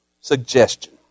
suggestion